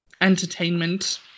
entertainment